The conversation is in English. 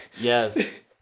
Yes